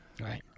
right